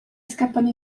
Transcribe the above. scappano